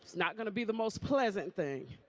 not going to be the most pleasant thing.